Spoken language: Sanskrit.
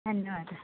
धन्यवादः